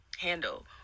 handle